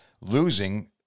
losing